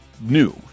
new